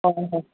ꯍꯣꯏ ꯍꯣꯏ